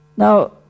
Now